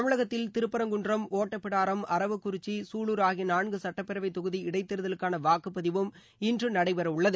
தமிழகத்தில் திருப்பரங்குன்றம் ஓட்டபிடாரம் அரவக்குறிச்சி சூலூர் ஆகிய நான்கு சட்டப்பேரவை தொகுதி இடைத்தேர்தலுக்கான வாக்குப்பதிவும் இன்று நடைபெறவுள்ளது